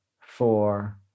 four